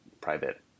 private